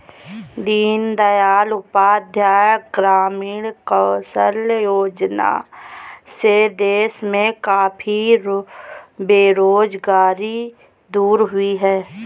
दीन दयाल उपाध्याय ग्रामीण कौशल्य योजना से देश में काफी बेरोजगारी दूर हुई है